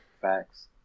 facts